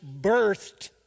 birthed